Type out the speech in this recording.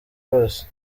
bose